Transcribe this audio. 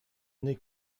n’est